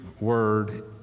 word